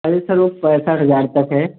अरे सर वह पैंसठ हज़ार तक है